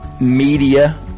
media